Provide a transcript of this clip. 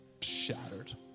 shattered